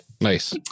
Nice